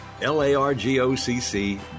L-A-R-G-O-C-C